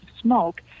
smoke